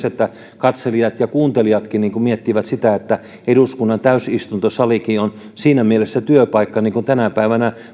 että katselijat ja kuuntelijatkin miettivät sitä että eduskunnan täysistuntosalikin on siinä mielessä työpaikka ja niin kuin tänä päivänä